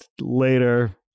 later